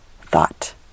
thought